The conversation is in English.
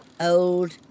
Old